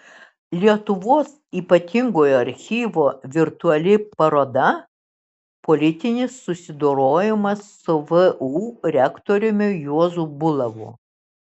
lietuvos ypatingojo archyvo virtuali paroda politinis susidorojimas su vu rektoriumi juozu bulavu